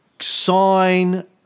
sign